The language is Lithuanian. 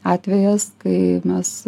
atvejis kai mes